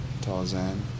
Tarzan